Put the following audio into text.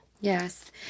Yes